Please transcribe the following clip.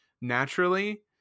naturally